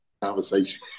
conversation